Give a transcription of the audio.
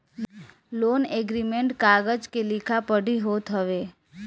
loan agreement कागज के लिखा पढ़ी होत हवे